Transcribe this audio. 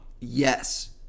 Yes